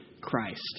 Christ